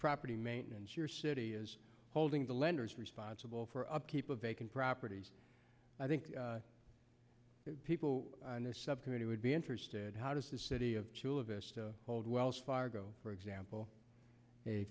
property maintenance your city is holding the lenders responsible for upkeep of vacant properties i think people subcommittee would be interested how does the city of chula vista hold wells fargo for example a